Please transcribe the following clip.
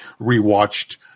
rewatched